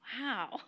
Wow